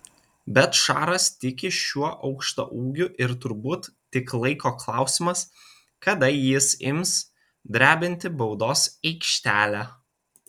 bet šaras tiki šiuo aukštaūgiu ir turbūt tik laiko klausimas kada jis ims drebinti baudos aikštelę